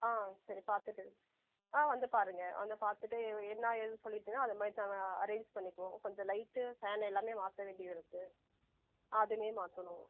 ஆ சரி பார்த்துட்டு ஆ வந்து பாருங்க வந்து பார்த்துட்டு என்ன ஏதுன்னு சொல்லிட்டிங்கன்னா அதைமாரி நாங்கள் அரேஞ்ச் பண்ணிக்கிவோம் கொஞ்சம் லைட்டு ஃபேனு எல்லாமே மாற்ற வேண்டியது இருக்குது அதுவுமே மாற்றணும்